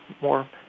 more